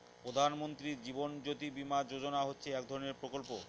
প্রধান মন্ত্রী জীবন জ্যোতি বীমা যোজনা হচ্ছে এক ধরনের প্রকল্প